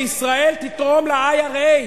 בריטניה, אתה מבין מה, זה כמו שישראל תתרום ל-IRA,